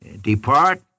Depart